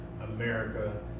America